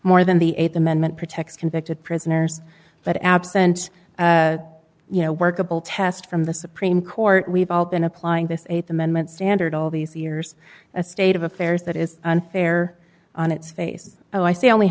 more than the th amendment protects convicted prisoners but absent you know workable test from the supreme court we've all been applying this th amendment standard all these years a state of affairs that is unfair on its face oh i say i only